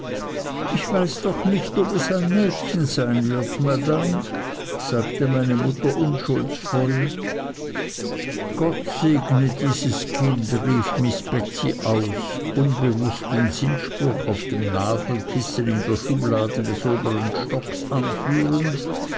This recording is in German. ich weiß doch nicht ob es ein mädchen sein wird madame sagte meine mutter unschuldsvoll gott segne dieses kind rief miß betsey aus unbewußt den sinnspruch auf dem nadelkissen in der schublade des obern stocks anführend